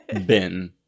Ben